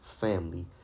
family